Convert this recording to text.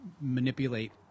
manipulate